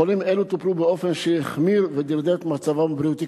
חולים אלו טופלו באופן שהחמיר ודרדר את מצבם הבריאותי,